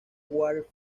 water